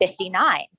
59